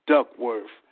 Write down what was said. Duckworth